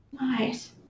Nice